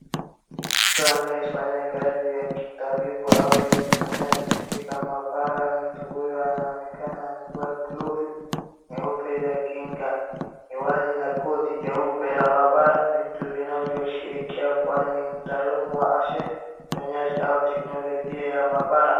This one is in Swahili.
Mtu anayefanya kazi ya kitabibu au ya kisayansi katika maabara. Mtu huyo anaonekana amevaa glovu nyeupe za kinga, miwani, na koti jeupe la maabara, vitu vinavyoshirikia kuwa ni mtaalamu wa afya, sayansi, au teknolojia ya maabara.